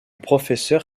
professeur